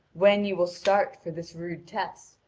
when you will start for this rude test,